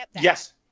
yes